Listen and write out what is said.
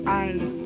eyes